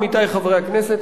עמיתי חברי הכנסת,